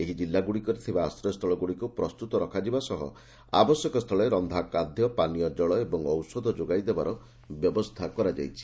ଏହି କିଲ୍ଲା ଗୁଡ଼ିକରେ ଥିବା ଆଶ୍ରୟସ୍ଛଳ ଗୁଡ଼ିକୁ ପ୍ରସ୍ତୁତ ରଖାଯିବା ସହ ଆବଶ୍ୟକସ୍ତୁଳେ ରକ୍ଷାଖାଦ୍ୟ ପାନୀୟଜଳ ଓ ଔଷଧ ଯୋଗାଇଦେବାର ବ୍ୟବସ୍କା କରାଯାଇଛି